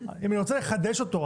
אם אני רוצה לחדש אותו,